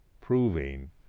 proving